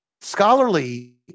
scholarly